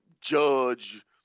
judge